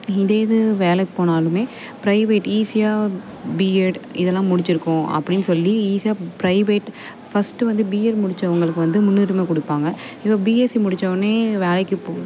இதே இது வேலைக்கு போனாலுமே பிரைவேட் ஈஸியாக பிஎட் இதெல்லாம் முடிச்சுருக்கோம் அப்படின்னு சொல்லி ஈஸியாக பிரைவேட் ஃபஸ்ட்டு வந்து பிஎட் முடித்தவங்களுக்கு வந்து முன்னுரிமை கொடுப்பாங்க இப்போ பிஎஸ்சி முடித்தவொன்னே வேலைக்கு போ